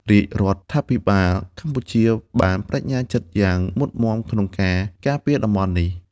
រាជរដ្ឋាភិបាលកម្ពុជាបានប្តេជ្ញាចិត្តយ៉ាងមុតមាំក្នុងការការពារតំបន់នេះ។